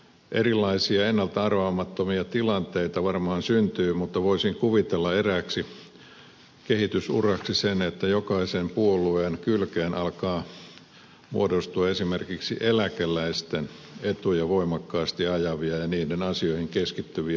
erilaisia ennalta arvaamattomia tilanteita varmaan syntyy mutta voisin kuvitella erääksi kehitysuraksi sen että jokaisen puolueen kylkeen alkaa muodostua esimerkiksi eläkeläisten etuja voimakkaasti ajavia ja heidän asioihinsa keskittyviä puolueita